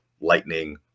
Lightning